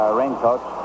raincoats